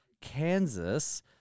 Kansas